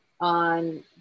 on